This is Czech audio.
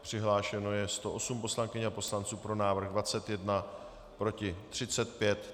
Přihlášeno je 108 poslankyň a poslanců, pro návrh 21, proti 35.